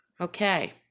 Okay